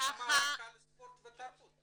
למה רק על ספורט ותרבות.